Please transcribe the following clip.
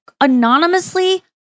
anonymously